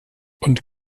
und